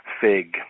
fig